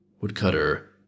Woodcutter